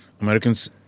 Americans